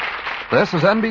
broadcasting company